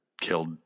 killed